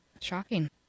Shocking